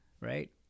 right